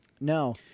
No